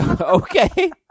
Okay